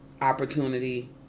opportunity